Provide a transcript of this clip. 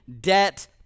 debt